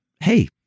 hey